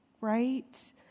right